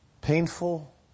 painful